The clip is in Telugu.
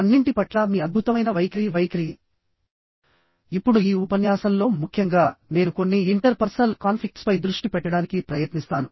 అన్నింటి పట్ల మీ అద్భుతమైన వైఖరి వైఖరి ఇప్పుడు ఈ ఉపన్యాసంలో ముఖ్యంగా నేను కొన్ని ఇంటర్ పర్సనల్ కాన్ఫ్లిక్ట్స్ పై దృష్టి పెట్టడానికి ప్రయత్నిస్తాను